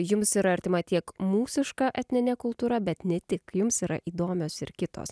jums yra artima tiek mūsiška etninė kultūra bet ne tik jums yra įdomios ir kitos